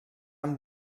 amb